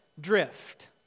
drift